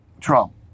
trump